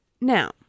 Now